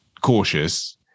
cautious